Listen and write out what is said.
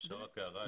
אפשר רק הערה?